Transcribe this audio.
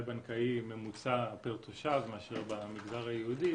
בנקאי בממוצע פר תושב מאשר במגזר היהודי,